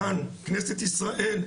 כאן בכנסת ישראל,